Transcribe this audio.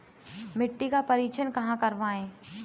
मिट्टी का परीक्षण कहाँ करवाएँ?